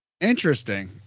Interesting